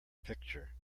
picture